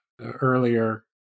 earlier